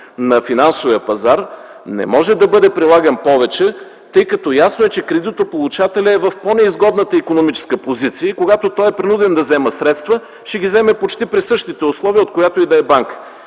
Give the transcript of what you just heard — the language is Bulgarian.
на финансовия пазар според мен не може да бъде прилаган повече, тъй като е ясно, че кредитополучателят е в по-неизгодната икономическа позиция. И когато той е принуден да вземе средства, ще ги вземе почти при същите условия от която и да е банка.